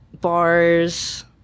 bars